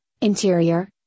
interior